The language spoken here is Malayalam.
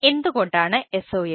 എന്തുകൊണ്ടാണ് SOAP